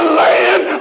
land